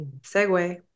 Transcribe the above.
segue